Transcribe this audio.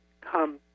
come